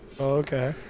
Okay